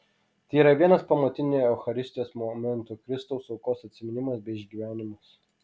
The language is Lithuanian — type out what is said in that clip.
tai ir yra vienas pamatinių eucharistijos momentų kristaus aukos atsiminimas bei išgyvenimas